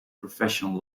professional